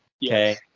Yes